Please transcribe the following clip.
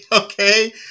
okay